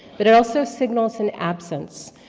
but it also signals an absence,